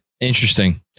Interesting